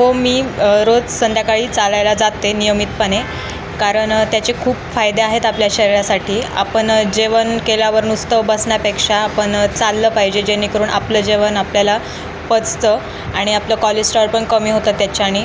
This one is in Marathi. हो मी रोज संध्याकाळी चालायला जाते नियमितपणे कारण त्याचे खूप फायदे आहेत आपल्या शरीरासाठी आपण जेवण केल्यावर नुसतं बसण्यापेक्षा आपण चाललं पाहिजे जेणेकरून आपलं जेवण आपल्याला पचतं आणि आपलं कॉलेस्ट्रॉल पण कमी होतं त्याच्यानी